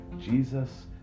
Jesus